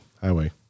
highway